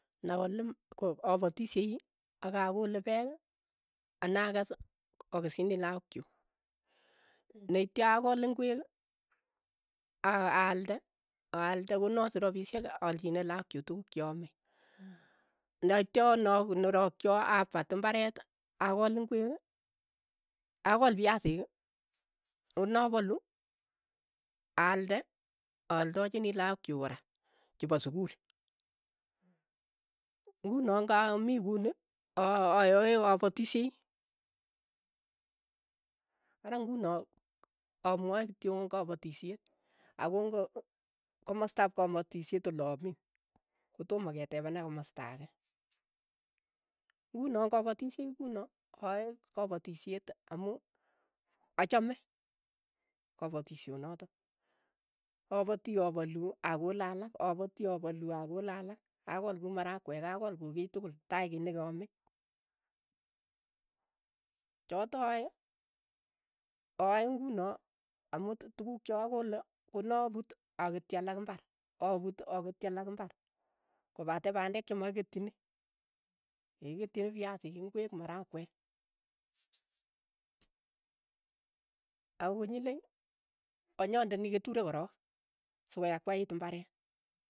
Na kulim ko apatishei akakolee peek, anakees, akeschini lakook chuuk, netya akool ingwek, aalde, aalde konot rapishek aalchine lakok chuuk tukuk che ame, netya nakorokcho apaat imbaret akool ingwek, akool piasik, konapalu, aalde, aaldichini laak chuuk kora chepaa sukul, nguno kamii kuni ayaae kapatishet, ara nguno amwae kityongan kapatishet. ako ngo komastap kapatishet ola ami, kotoma ketepena komasta ake, nguno ngapatishei kuno aae kapatishet amu acham kapatishonotok, apati apalu akole alak, apati apalu akole alak, akool kuu marakwek akool ku kiy tukul, tai kiy nekeaame, choto aae aae nguno amu tukuk che akole konaput aketchi alak imbar, aput aketchi alak imbar, kopate pande chemakiketchini, kiketchini fiasiik, ingwek, marakwek, akonyile anyandeni keturek korok, sokoyakwaiit imbaret.